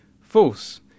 False